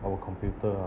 our computer ah